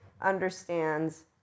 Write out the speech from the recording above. understands